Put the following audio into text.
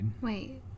Wait